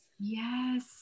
Yes